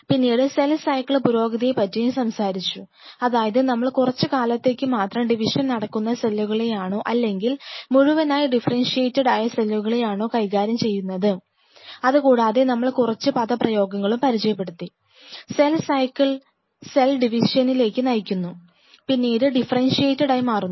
പിന്നീട് cell cycle പുരോഗതിയെ പറ്റിയും സംസാരിച്ചിരുന്നു അതായത് നമ്മൾ കുറച്ച് കാലത്തേക്ക് മാത്രം ഡിവിഷൻ നടക്കുന്ന സെല്ലുകളെയാണോ അല്ലെങ്കിൽ മുഴുവനായി ഡിഫറെൻഷിയേറ്റഡ് ആയ സെല്ലുകളെയാണോ കൈകാര്യം ചെയ്യുന്നത് അത് കൂടാതെ നമ്മൾ കുറച്ചു പദ പ്രയോഗങ്ങളും പരിചയപ്പെടുത്തി സെൽ സൈക്കിൾ സെൽ ഡിവിഷനിലേക്ക് നയിക്കുന്നു പിന്നീട് ഡിഫറെൻഷിയേറ്റഡ് ആയി മാറുന്നു